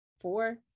Four